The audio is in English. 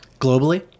Globally